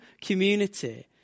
community